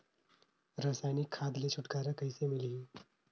रसायनिक खाद ले छुटकारा कइसे मिलही?